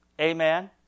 Amen